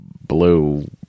blue